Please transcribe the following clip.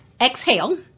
exhale